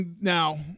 now